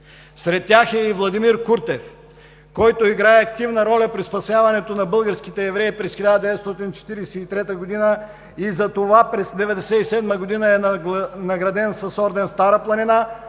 Сред тях е и Владимир Куртев, който играе активна роля при спасяването на българските евреи през 1943 г. Затова през 1997 г. е награден с орден „Стара планина“,